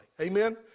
Amen